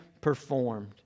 performed